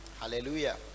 hallelujah